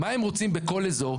מה הם רוצים בכל אזור.